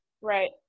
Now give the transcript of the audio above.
Right